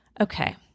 Okay